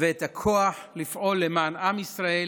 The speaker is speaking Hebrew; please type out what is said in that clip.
ואת הכוח לפעול למען עם ישראל